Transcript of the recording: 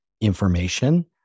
information